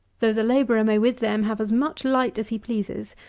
though the labourer may with them have as much light as he pleases,